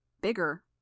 Bigger